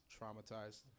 traumatized